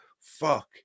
Fuck